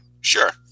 Sure